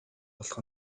болох